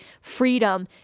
freedom